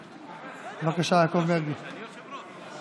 ובמיוחד למי שבאמת זקוק לזה.